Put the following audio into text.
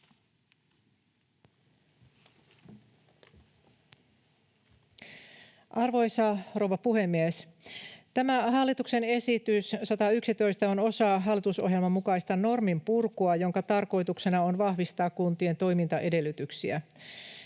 Arvoisa rouva puhemies! Tämä hallituksen esitys 111 on osa hallitusohjelman mukaista norminpurkua, jonka tarkoituksena on vahvistaa kuntien toimintaedellytyksiä.